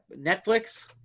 Netflix